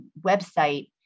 website